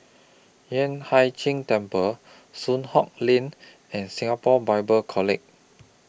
Yueh Hai Ching Temple Soon Hock Lane and Singapore Bible College